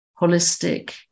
holistic